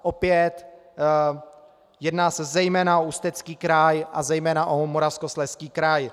Opět se jedná zejména o Ústecký kraj a zejména o Moravskoslezský kraj.